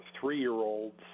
three-year-olds